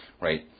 Right